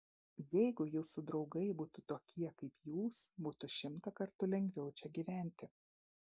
jeigu jūsų draugai būtų tokie kaip jūs būtų šimtą kartų lengviau čia gyventi